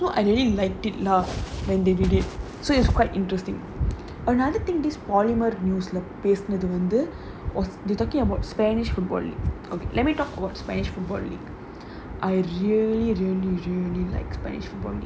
so I really liked it lah when they did it so it's quite interesting another thing this parliament news leh பேசுனது வந்து:pesunathu vanthu they talking about spanish football league oh let me talk about spanish football league I really really like spanish